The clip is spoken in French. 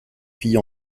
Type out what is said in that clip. fille